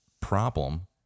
problem